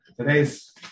Today's